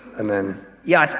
and then yeah,